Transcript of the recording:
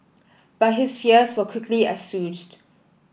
but his fears were quickly assuaged